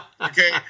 Okay